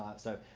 so